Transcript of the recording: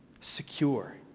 Secure